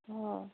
অঁ